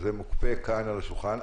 זה מוקפא כאן על השולחן.